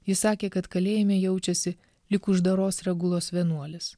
jis sakė kad kalėjime jaučiasi lyg uždaros regulos vienuolis